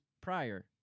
prior